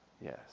Yes